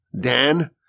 Dan